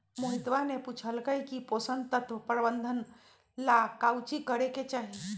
मोहितवा ने पूछल कई की पोषण तत्व प्रबंधन ला काउची करे के चाहि?